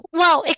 Wow